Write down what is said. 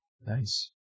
Nice